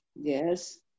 Yes